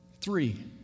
Three